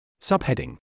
Subheading